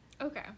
Okay